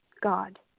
God